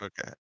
Okay